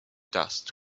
dust